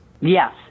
Yes